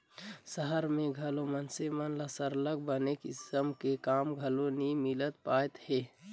सहर में घलो मइनसे मन ल सरलग बने किसम के काम घलो नी मिल पाएत हे